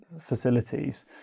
facilities